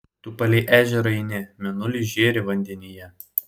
tu palei ežerą eini mėnulis žėri vandenyje